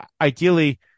ideally